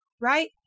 right